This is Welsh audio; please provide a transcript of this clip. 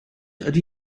ydy